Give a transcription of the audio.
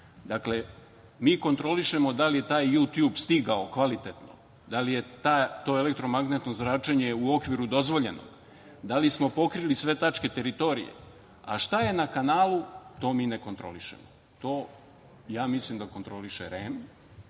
kontrolišemo da li je taj Jutjub stigao kvalitetno, da li je to elektromagnetno zračenje u okviru dozvoljenog, da li smo pokrili sve tačke teritorije. A, šta je na kanalu, to mi ne kontrolišemo. To, ja mislim, kontroliše REM,